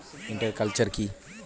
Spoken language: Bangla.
ইন্টার কালচার কি?